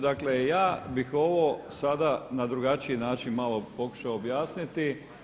Dakle ja bih ovo sada na drugačiji način pokušao objasniti.